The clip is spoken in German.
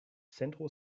centro